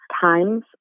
times